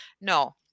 No